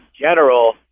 general